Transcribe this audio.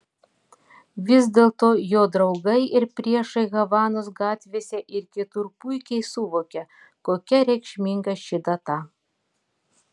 vis dėlto jo draugai ir priešai havanos gatvėse ir kitur puikiai suvokia kokia reikšminga ši data